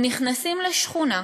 הם נכנסים לשכונה,